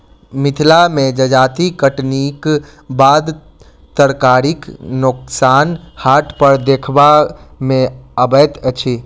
मिथिला मे जजाति कटनीक बाद तरकारीक नोकसान हाट पर देखबा मे अबैत अछि